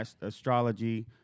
astrology